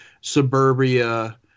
suburbia